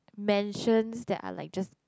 mansion that are like just